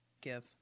give